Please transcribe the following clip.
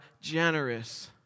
generous